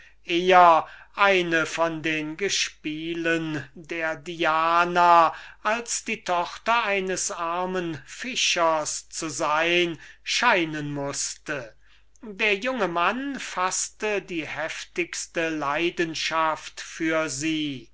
eher eine von den gespielen der diana als die tochter eines armen fischers scheinen mußte critolaus faßte die heftigste leidenschaft für sie